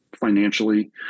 financially